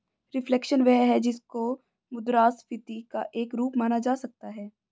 reflation वह है जिसको मुद्रास्फीति का एक रूप माना जा सकता है